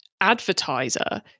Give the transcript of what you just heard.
advertiser